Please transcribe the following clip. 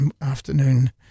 afternoon